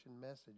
message